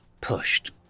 pushed